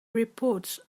reports